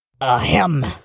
Ahem